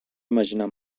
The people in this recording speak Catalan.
imaginar